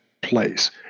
place